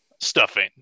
Stuffing